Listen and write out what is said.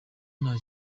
nta